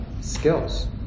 skills